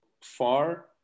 far